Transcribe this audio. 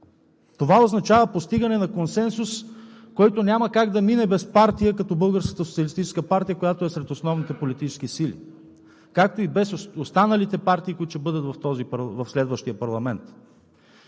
Това означава постигане на консенсус, който няма как да мине без партия като Българската социалистическа партия, която е сред основните политически сили, както и без останалите партии, които ще бъдат в следващия парламент.